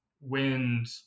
wind